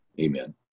Amen